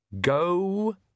Go